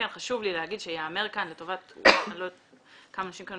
חשוב לי שייאמר כאן לטובת אני לא יודעת כמה אנשים כאן